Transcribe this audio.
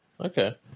Okay